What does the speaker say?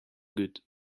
good